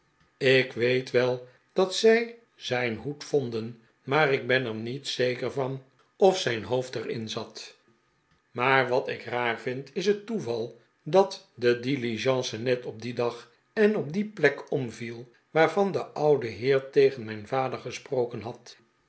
ik weet wel dat zij zijn hoed vonden maar ik ben er niet zeker van of zijn hoofd er in zat maar wat ik raar vind is het toeval dat de diligence net op dien dag en op die plek omviel waarvan de oude heer tegen mijn vader gesproken had